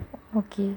okay